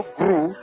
grew